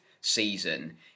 season